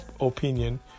opinion